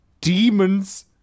demons